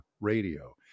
radio